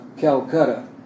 Calcutta